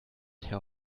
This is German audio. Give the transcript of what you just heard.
herr